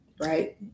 Right